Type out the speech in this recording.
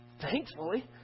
Thankfully